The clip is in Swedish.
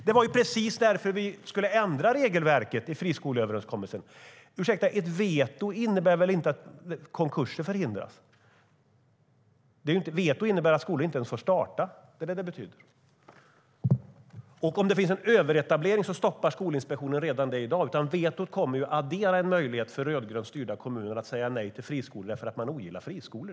Det var ju precis därför vi skulle ändra regelverket i friskoleöverenskommelsen! Ett veto innebär väl inte att konkurser förhindras? Ett veto innebär att skolor inte ens får starta. Om det finns en överetablering stoppas de redan i dag av Skolinspektionen. Ett veto kommer att addera en möjlighet för rödgrönt styrda kommuner att säga nej för att de ogillar friskolor.